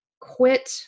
quit